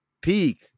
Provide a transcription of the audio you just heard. peak